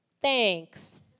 thanks